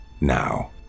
Now